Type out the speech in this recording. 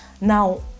Now